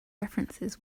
references